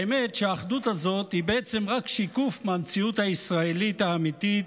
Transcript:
האמת היא שהאחדות הזאת היא בעצם רק שיקוף המציאות הישראלית האמיתית,